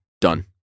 done